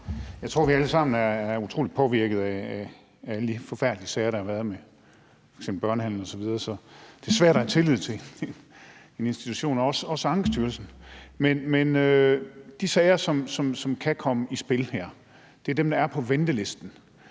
Jeg tror, vi alle sammen er utrolig påvirkede af alle de forfærdelige sager, der har været med f.eks. børnehandel osv., så det er svært at have tillid til en institution, og det gælder også Ankestyrelsen. De sager, som kan komme i spil her, er dem, der er på ventelisten,